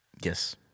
Yes